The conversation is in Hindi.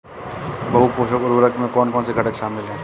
बहु पोषक उर्वरक में कौन कौन से घटक शामिल हैं?